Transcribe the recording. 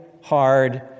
hard